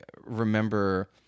remember